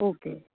okay